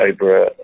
over